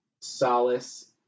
solace